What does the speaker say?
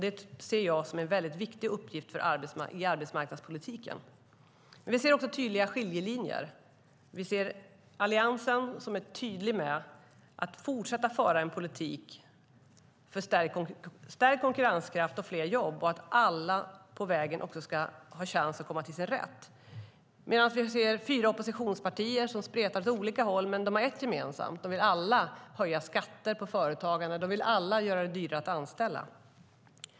Det ser jag som en viktig uppgift i arbetsmarknadspolitiken. Vi ser också tydliga skiljelinjer. Vi ser Alliansen, som är tydlig med att fortsätta att föra en politik för stärkt konkurrenskraft och fler jobb och för att alla på vägen ska ha chans att komma till sin rätt, medan vi ser fyra oppositionspartier som spretar åt olika håll. De har dock en sak gemensam: De vill alla höja skatterna på företagande, och de vill alla göra det dyrare att anställa.